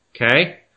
Okay